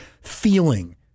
feeling